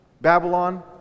Babylon